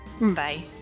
Bye